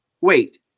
Wait